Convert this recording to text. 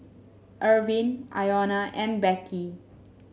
Irvine Iona and Becky